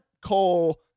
call